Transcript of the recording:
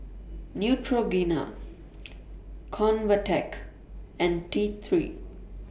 Neutrogena Convatec and T three